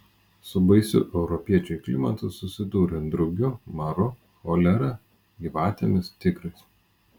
su baisiu europiečiui klimatu susidūrė drugiu maru cholera gyvatėmis tigrais